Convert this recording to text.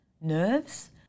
nerves